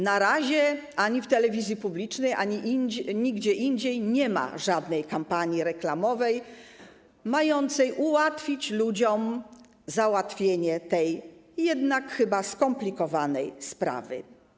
Na razie ani w telewizji publicznej, ani nigdzie indziej nie ma żadnej kampanii reklamowej mającej ułatwić ludziom załatwienie tej jednak chyba skomplikowanej sprawy.